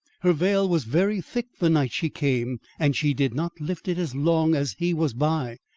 her veil was very thick the night she came and she did not lift it as long as he was by.